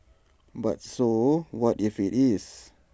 but so what if IT is